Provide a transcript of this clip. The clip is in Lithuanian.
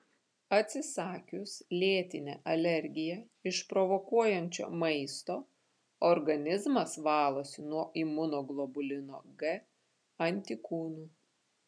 atsisakius lėtinę alergiją išprovokuojančio maisto organizmas valosi nuo imunoglobulino g antikūnų